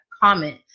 comment